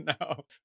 no